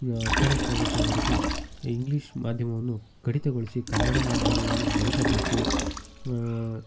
ಹತ್ತನೇ ತರಗತಿಯವರೆಗೆ ಇಂಗ್ಲೀಷ್ ಮಾಧ್ಯಮವನ್ನು ಕಡಿತಗೊಳಿಸಿ ಕನ್ನಡ ಮಾಧ್ಯಮವನ್ನು ಬೆಳೆಸಬೇಕು